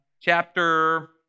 chapter